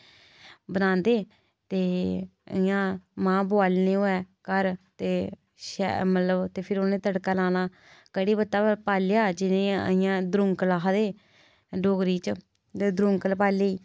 बनांदे ते इ'यां मांह् बोआलने होए घऱ ते शैल मतलब ते फिर ओह्दा तड़का लाना घड़ी पत्ता पा लेआ जि'यां दरोंगल आखदे डोगरी च दरोंगल पाई लेई